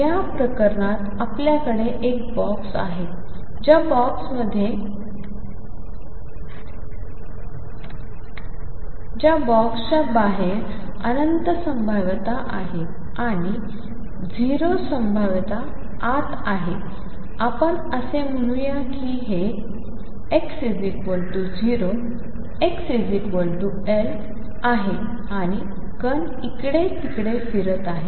या प्रकरणात आपल्याकडे एक बॉक्स आहे ज्यामध्ये बॉक्सच्या बाहेर अनंत संभाव्यता आहे आणि 0 संभाव्यता आत आहे आपण असे म्हणूया की हे x 0 x L आहे आणि कण इकडे तिकडे फिरत आहे